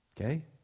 okay